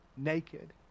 naked